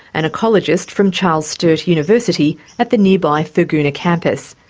an ecologist from charles sturt university at the nearby thurgoona campus.